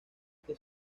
que